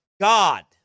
God